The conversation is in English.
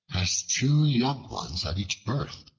has two young ones at each birth.